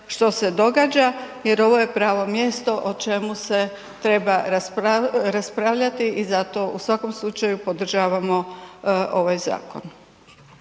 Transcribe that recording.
što se događa jer ovo je pravo mjesto o čemu se treba raspravljati. I zato u svakom slučaju podržavamo ovaj zakon.